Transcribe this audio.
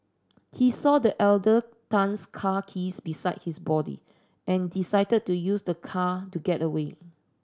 he saw the elder Tan's car keys beside his body and decided to use the car to get away